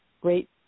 great